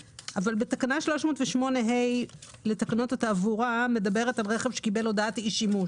תקנה 308(ה) לתקנות התעבורה מדברת על רכב שקיבל הודעת אי שימוש